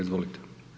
Izvolite.